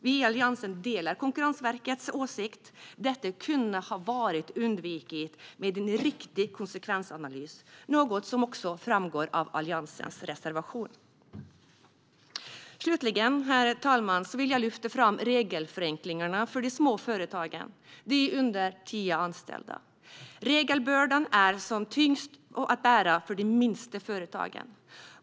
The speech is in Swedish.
Vi i Alliansen delar Konkurrensverkets åsikt. Detta kunde ha undvikits med en riktig konsekvensanalys - det är något som också framgår av Alliansens reservation. Slutligen, herr talman, vill jag lyfta fram regelförenklingarna för de små företagen, de med under tio anställda. Regelbördan är som tyngst att bära för de minsta företagen.